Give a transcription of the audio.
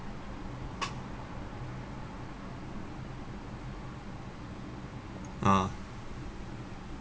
uh